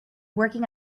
working